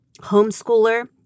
homeschooler